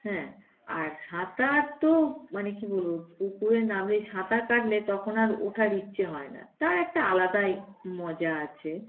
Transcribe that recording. হ্যাঁ আর সাঁতার তো মানে কী বলব পুকুরে নামলে সাঁতার কাটলে তখন আর ওঠার ইচ্ছে হয় না তার একটা আলাদাই মজা আছে